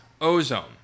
ozone